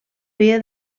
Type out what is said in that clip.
feia